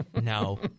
No